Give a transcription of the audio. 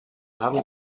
haben